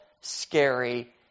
scary